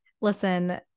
listen